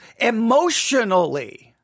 emotionally